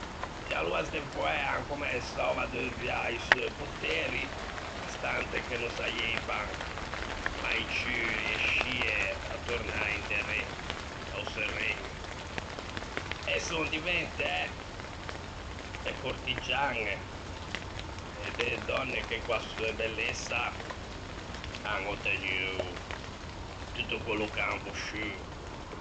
E aloa ste foæ an comensou à deuviâ i seu poteri, stante che no saieivan mai ciù riescie à tornâ inderê a-o seu regno, e son diventæ e cortigiañe e de dònne che co-a seu bellessa an ottegnuo tutto quello che an vosciuo.